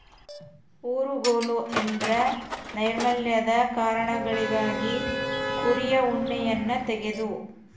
ಊರುಗೋಲು ಎಂದ್ರ ನೈರ್ಮಲ್ಯದ ಕಾರಣಗಳಿಗಾಗಿ ಕುರಿಯ ಉಣ್ಣೆಯನ್ನ ತೆಗೆದು